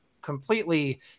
completely